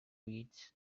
reads